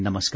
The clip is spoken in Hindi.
नमस्कार